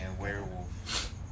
werewolf